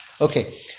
Okay